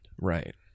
Right